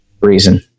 reason